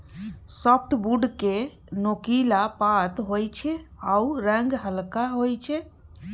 softwood केँ नोकीला पात होइ छै आ रंग हल्का होइ छै